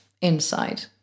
inside